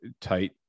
tight